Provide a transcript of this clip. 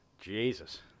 Jesus